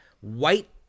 White